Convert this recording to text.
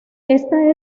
esta